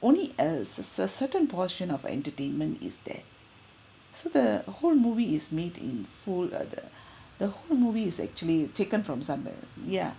only a cer~ cer~ certain portion of entertainment is there so the whole movie is made in full uh the the whole movie is actually taken from somewhere yeah